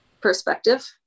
Perspective